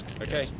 Okay